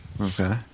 Okay